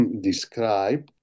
describe